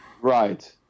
Right